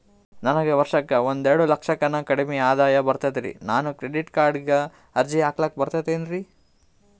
ನನಗ ವರ್ಷಕ್ಕ ಒಂದೆರಡು ಲಕ್ಷಕ್ಕನ ಕಡಿಮಿ ಆದಾಯ ಬರ್ತದ್ರಿ ನಾನು ಕ್ರೆಡಿಟ್ ಕಾರ್ಡೀಗ ಅರ್ಜಿ ಹಾಕ್ಲಕ ಬರ್ತದೇನ್ರಿ?